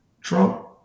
Trump